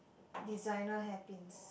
designer hairpins